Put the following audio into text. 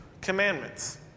commandments